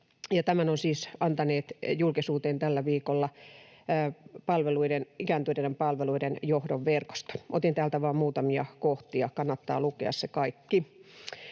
tällä viikolla antaneet julkisuuteen ikääntyneiden palveluiden johdon verkosto. Otin täältä vain muutamia kohtia, kannattaa lukea se kaikki.